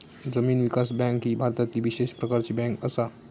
जमीन विकास बँक ही भारतातली विशेष प्रकारची बँक असा